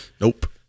Nope